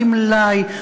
גמלאי,